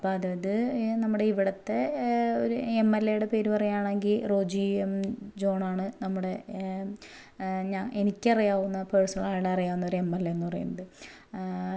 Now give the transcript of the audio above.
അപ്പം അതായത് നമ്മുടെ ഇവിടുത്തെ ഒരു എം എൽ എയുടെ പേര് പറയാണങ്കിൽ റോജി എം ജോണാണ് നമ്മുടെ ഞ എനിക്കറിയാവുന്ന പേഴ്സണലായിട്ട് അറിയാവുന്നൊരു എം എൽ എ എന്ന് പറയുന്നത്